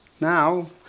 now